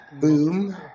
Boom